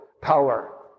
power